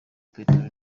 peteroli